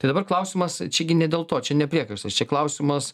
tai dabar klausimas čia gi ne dėl to čia ne priekaištas čia klausimas